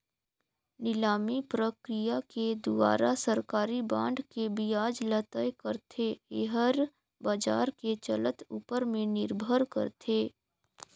निलामी प्रकिया के दुवारा सरकारी बांड के बियाज ल तय करथे, येहर बाजार के चलत ऊपर में निरभर करथे